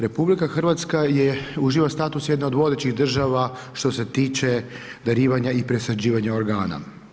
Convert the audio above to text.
RH uživa status jedne od vodećih država što se tiče darivanja i presađivanja organa.